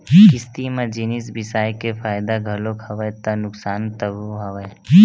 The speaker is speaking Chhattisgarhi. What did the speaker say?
किस्ती म जिनिस बिसाय के फायदा घलोक हवय ता नुकसान तको हवय